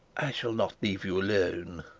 i shall not leave you alone